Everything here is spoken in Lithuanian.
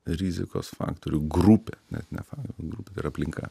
rizikos faktorių grupė net ne grupė tai yra aplinka